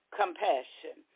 compassion